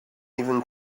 even